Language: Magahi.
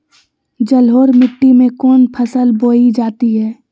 जलोढ़ मिट्टी में कौन फसल बोई जाती हैं?